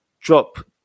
drop